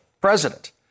president